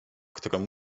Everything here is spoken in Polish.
którą